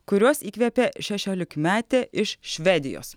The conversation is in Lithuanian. kuriuos įkvepia šešiolikmetė iš švedijos